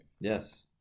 yes